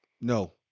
No